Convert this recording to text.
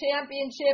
Championship